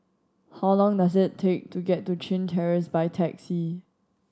how long does it take to get to Chin Terrace by taxi